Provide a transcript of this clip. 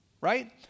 right